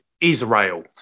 Israel